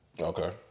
Okay